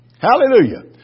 Hallelujah